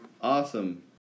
Awesome